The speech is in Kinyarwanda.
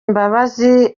imbabazi